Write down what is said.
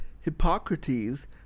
Hippocrates